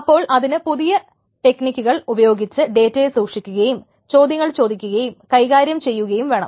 അപ്പോൾ അതിന് പുതിയ ടെക്നിക്കുകൾ ഉപയോഗിച്ച് ഡേറ്റയെ സൂക്ഷിക്കുകയും ചോദ്യങ്ങൾ ചോദിക്കുകയും കൈകാര്യം ചെയ്യുകയും വേണം